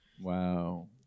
Wow